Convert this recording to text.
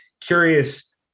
curious